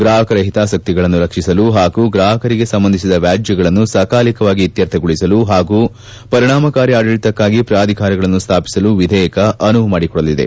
ಗ್ರಾಪಕರ ಹಿತಾಸಕ್ತಿಗಳನ್ನು ರಕ್ಷಿಸಲು ಹಾಗೂ ಗ್ರಾಪಕರಿಗೆ ಸಂಬಂಧಿಸಿದ ವ್ಯಾಜ್ಯಗಳನ್ನು ಸಕಾಲಿಕವಾಗಿ ಇತ್ತರ್ಥಗೊಳಿಸಲು ಹಾಗೂ ಪರಿಣಾಮಕಾರಿ ಆಡಳಿತಕ್ಕಾಗಿ ಪ್ರಾಧಿಕಾರಗಳನ್ನು ಸ್ವಾಪಿಸಲು ವಿಧೇಯಕ ಅನುವು ಮಾಡಿಕೊಡಲಿದೆ